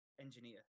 engineer